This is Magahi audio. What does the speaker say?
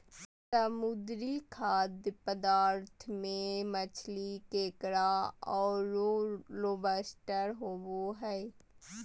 समुद्री खाद्य पदार्थ में मछली, केकड़ा औरो लोबस्टर होबो हइ